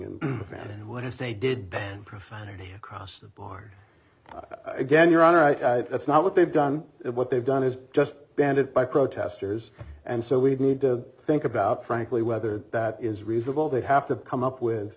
fan what if they did profanity across the bar again your honor i that's not what they've done it what they've done is just banned it by protesters and so we'd need to think about frankly whether that is reasonable they have to come up with